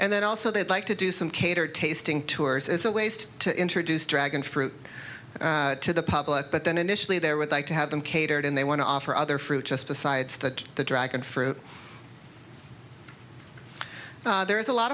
and then also they'd like to do some catered tasting tours is a waste to introduce dragon fruit to the public but then initially there would like to have them catered and they want to offer other fruit just besides that the dragon fruit there is a lot